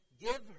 give